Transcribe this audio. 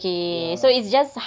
ya